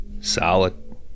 Solid